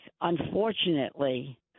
Unfortunately